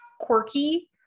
quirky